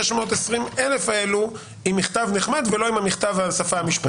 620,000 אלו עם מכתב נחמד ולא עם מכתב בשפה המשפטית.